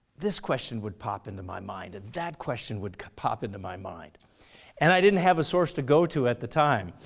this question would pop into my mind and that question would pop into my mind and i didn't have a source to go to at that time.